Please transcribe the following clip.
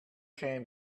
came